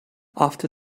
after